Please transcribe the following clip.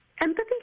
Empathy